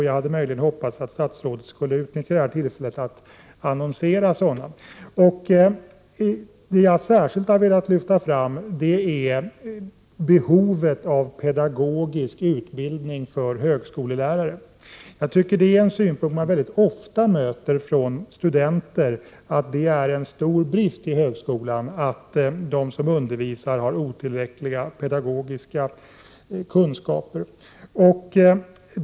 Jag hade hoppats att statsrådet möjligen skulle utnyttja det här tillfället att annonsera sådana. Det jag särskilt har velat lyfta fram är behovet av pedagogisk utbildning för högskolelärare. En synpunkt man mycket ofta möter från studenter är att det är en stor brist i högskolan att de som undervisar har otillräckliga pedagogiska kunskaper.